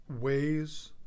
ways